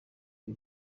jay